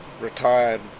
retired